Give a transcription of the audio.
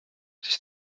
siis